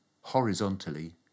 horizontally